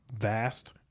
vast